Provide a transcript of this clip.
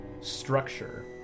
structure